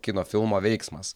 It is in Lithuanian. kino filmo veiksmas